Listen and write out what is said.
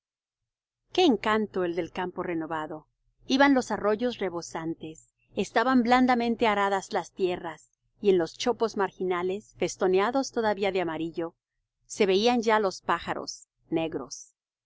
qué encanto el del campo renovado iban los arroyos rebosantes estaban blandamente aradas las tierras y en los chopos marginales festoneados todavía de amarillo se veían ya los pájaros negros